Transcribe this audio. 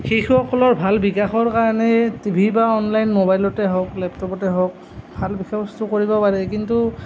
শিশুসকলৰ ভাল বিকাশৰ কাৰণে টিভি বা অনলাইন মোবাইলতে হওক লেপটপতেই হওক ভাল বিষয়বস্তু কৰিব পাৰে কিন্তু